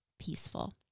peaceful